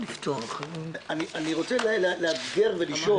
אני רוצה לאתגר ולשאול,